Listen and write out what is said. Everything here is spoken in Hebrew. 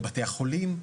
לבתי החולים,